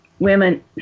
women